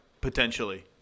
potentially